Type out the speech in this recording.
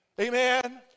Amen